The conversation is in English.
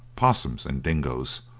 possums and dingoes,